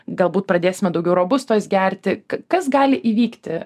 galbūt pradėsime daugiau robustos gerti k kas gali įvykti